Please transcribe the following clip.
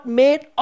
made